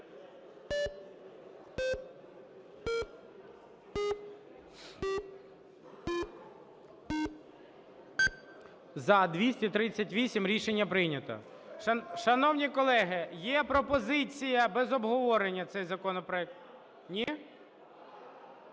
За-238 Рішення прийнято. Шановні колеги, є пропозиція без обговорення цей законопроект… Ні?